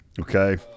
okay